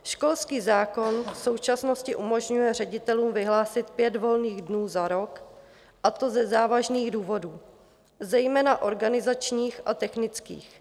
Školský zákon v současnosti umožňuje ředitelům vyhlásit pět volných dnů za rok, a to ze závažných důvodů, zejména organizačních a technických.